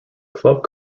club